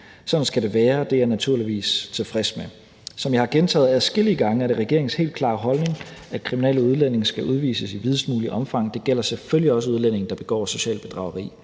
Sådan skal det være, og det er jeg naturligvis tilfreds med. Som jeg har gentaget adskillige gange, er det regeringens helt klare holdning, at kriminelle udlændinge skal udvises i videst muligt omfang – det gælder selvfølgelig også udlændinge, der begår socialt bedrageri.